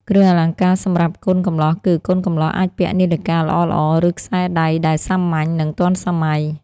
គ្រឿងអលង្ការសម្រាប់កូនកំលោះគឺ កូនកំលោះអាចពាក់នាឡិកាល្អៗ ឬ ខ្សែដៃដែលសាមញ្ញ និង ទាន់សម័យ។